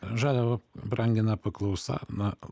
žaliavą brangina paklausa na